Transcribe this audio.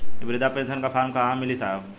इ बृधा पेनसन का फर्म कहाँ मिली साहब?